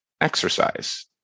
exercise